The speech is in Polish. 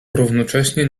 równocześnie